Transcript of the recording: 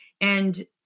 And-